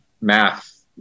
math